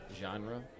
genre